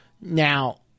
Now